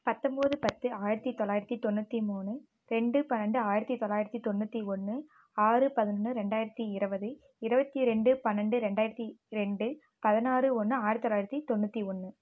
பத்தொம்பது பத்து ஆயிரத்தி தொள்ளாயிரத்தி தொண்ணூற்றி மூணு ரெண்டு பன்னெண்டு ஆயிரத்தி தொள்ளாயிரத்தி தொண்ணூற்றி ஒன்று ஆறு பதினொன்று ரெண்டாயிரத்தி இரபது இருபத்தி ரெண்டு பன்னெண்டு ரெண்டாயிரத்தி ரெண்டு பதினாறு ஒன்று ஆயிரத்தி தொள்ளாயிரத்தி தொண்ணூற்றி ஒன்று